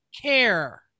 care